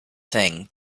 thing